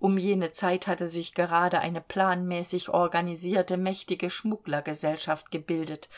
um jene zeit hatte sich gerade eine planmäßig organisierte mächtige schmugglergesellschaft gebildet